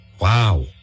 Wow